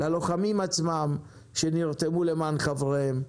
ללוחמים עצמם שנרתמו למען חבריהם,